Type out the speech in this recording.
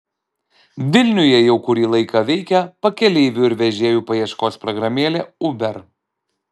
vilniuje jau kurį laiką veikia pakeleivių ir vežėjų paieškos programėlė uber